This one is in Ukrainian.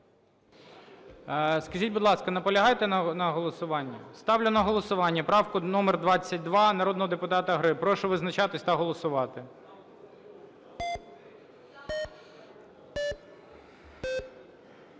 Скажіть, будь ласка, наполягаєте на голосуванні? Ставлю на голосування правку номер 22 народного депутата Гриб. Прошу визначатися та голосувати.